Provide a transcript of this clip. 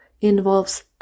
involves